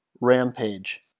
Rampage